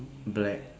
black